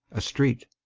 a street.